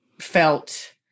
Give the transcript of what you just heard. felt